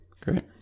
great